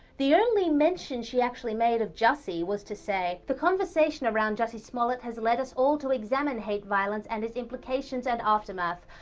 the only mention she made of jussie was to say the conversation around jussie smollett has led us all to examine hate violence and its implications and aftermath.